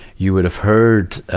you would have heard, ah